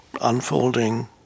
unfolding